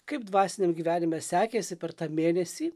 kaip dvasiniam gyvenime sekėsi per tą mėnesį